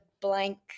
blank